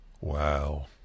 Wow